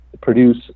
Produce